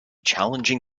challenging